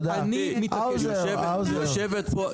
אני מתעקש על זה.